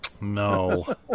No